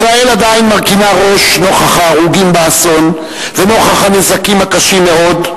ישראל עדיין מרכינה ראש נוכח ההרוגים באסון ונוכח הנזקים הקשים מאוד.